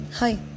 Hi